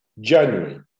January